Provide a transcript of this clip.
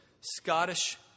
Scottish